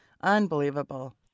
Unbelievable